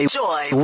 joy